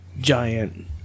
giant